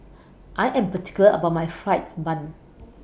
I Am particular about My Fried Bun